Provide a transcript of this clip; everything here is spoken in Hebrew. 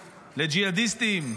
לג'יהאדיסטים,